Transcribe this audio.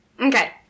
Okay